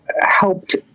helped